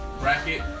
bracket